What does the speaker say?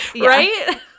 right